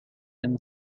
and